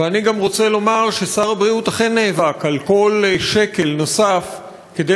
ואני גם רוצה לומר ששר הבריאות אכן נאבק על כל שקל נוסף כדי